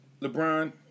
LeBron